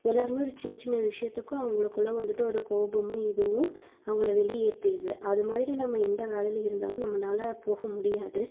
எல்லாருமே ஒரு சின்ன சின்ன விஷியத்துக்கும் அவங்களுக்குள்ள வந்துட்டு ஒரு கோபமும் இதுவும் அவங்கள வெளி ஏற்றிடுது அது மாதிரி நம்ம எந்த வேலையில் இருந்தாலும் நம்மனால் போக முடியாது